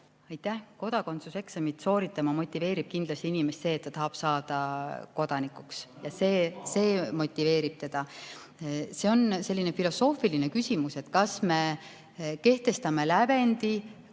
Aitäh! Kodakondsuseksamit sooritama motiveerib inimest kindlasti see, et ta tahab saada kodanikuks. See motiveerib teda. See on selline filosoofiline küsimus, kas me kehtestame lävendi